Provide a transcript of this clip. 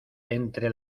entre